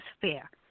fair